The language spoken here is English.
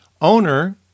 owner